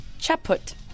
Chaput